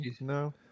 No